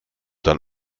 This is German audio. dann